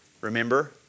Remember